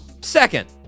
Second